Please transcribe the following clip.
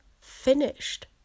finished